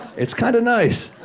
it's kind of nice.